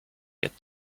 get